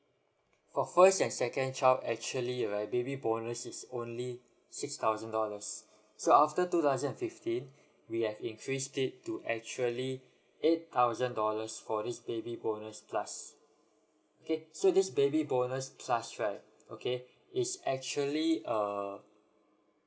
for first and second child actually right baby bonus is only six thousand dollars so after two thousand and fifteen we are increase it to actually eight thousand dollars for this baby bonus plus okay so this baby bonus plus right okay it's actually uh